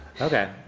Okay